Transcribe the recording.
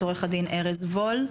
עורך הדין ארז וול.